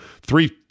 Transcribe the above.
Three